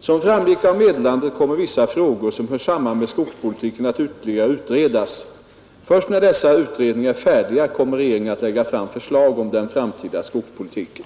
Som framgick av meddelandet kommer vissa frågor som hör samman med skogspolitiken att ytterligare utredas. Först när dessa utredningar är färdiga kommer regeringen att lägga fram förslag om den framtida skogspolitiken.